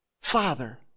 Father